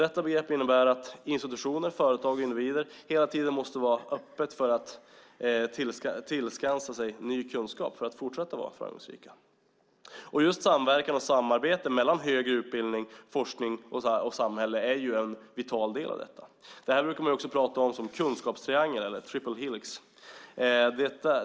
Detta begrepp innebär att institutioner, företag och individer hela tiden måste vara öppna för och tillskansa sig ny kunskap för att fortsätta vara framgångsrika. Just samverkan och samarbete mellan högre utbildning, forskning och samhälle är en vital del i detta. Det här brukar man också tala om som kunskapstriangeln eller triple helix.